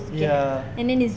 ya